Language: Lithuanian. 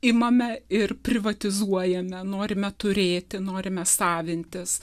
imame ir privatizuojame norime turėti norime savintis